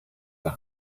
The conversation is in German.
der